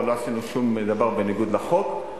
לא עשינו שום דבר בניגוד לחוק.